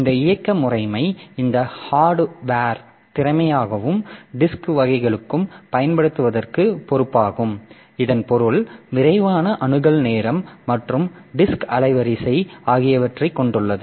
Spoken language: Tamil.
இந்த இயக்க முறைமை இந்த ஹார்ட்வர்ஐ திறமையாகவும் டிஸ்க் வகைகளுக்கும் பயன்படுத்துவதற்கு பொறுப்பாகும் இதன் பொருள் விரைவான அணுகல் நேரம் மற்றும் டிஸ்க் அலைவரிசை ஆகியவற்றைக் கொண்டுள்ளது